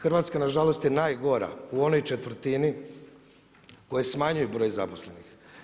Hrvatska nažalost je najgora, u onoj četvrtini koji smanjuju broj zaposlenih.